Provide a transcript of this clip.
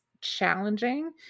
challenging